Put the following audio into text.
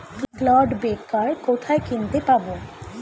Clod breaker কোথায় কিনতে পাব?